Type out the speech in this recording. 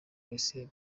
wese